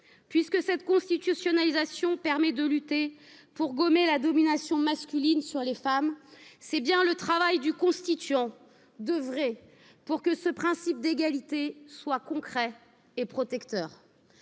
puisque cette constitutionnalisation permet de lutter pour gommer la domination sur les femmes, c'est bien le travail du constituant d'œuvrer pour que ce principe d'égalité soit concret et protecteur.